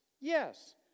Yes